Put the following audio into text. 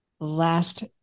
last